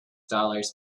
dollars